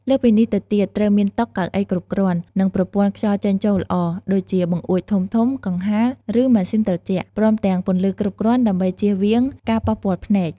លើសពីនេះទៅទៀត ត្រូវមានតុ កៅអីគ្រប់គ្រាន់ និងប្រព័ន្ធខ្យល់ចេញចូលល្អ ដូចជាបង្អួចធំៗ កង្ហារ ឬម៉ាស៊ីនត្រជាក់ ព្រមទាំងពន្លឺគ្រប់គ្រាន់ដើម្បីជៀសវាងការប៉ះពាល់ភ្នែក។